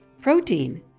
protein